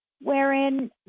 wherein